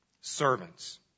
servants